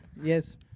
Yes